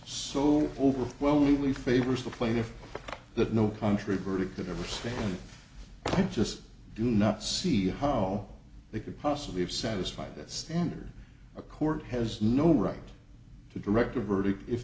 so overwhelmingly favors the plaintiff that no country verdict that ever said just do not see how they could possibly have satisfied that standard a court has no right to direct a verdict if